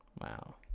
wow